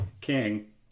king